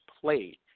played